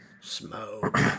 Smoke